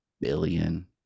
billion